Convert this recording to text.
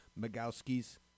magowski's